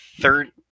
Third